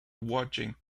watching